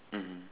mmhmm